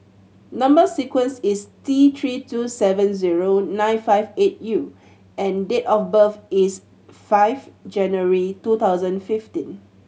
number sequence is T Three two seven zero nine five eight U and date of birth is five January two thousand fifteen